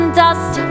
dust